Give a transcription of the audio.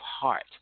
heart